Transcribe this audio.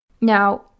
Now